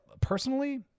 personally